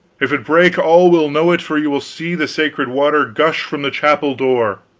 if it break, all will know it, for you will see the sacred water gush from the chapel door!